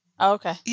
Okay